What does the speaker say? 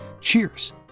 Cheers